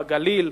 בגליל,